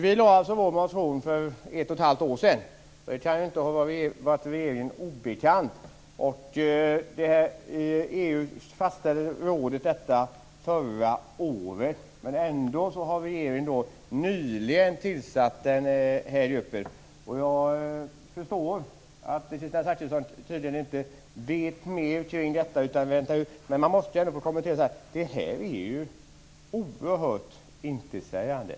Vi väckte vår motion för ett och ett halvt år sedan. Det kan ju inte ha varit regeringen obekant. EU fastställde detta förra året, men ändå har regeringen nyligen tillsatt denna grupp. Kristina Zakrisson vet tydligen inte mer om detta. Men detta är oerhört intetsägande.